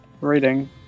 reading